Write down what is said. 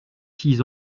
six